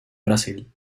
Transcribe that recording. brasil